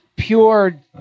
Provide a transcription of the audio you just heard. Pure